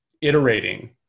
iterating